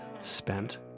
spent